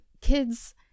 kids